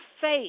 faith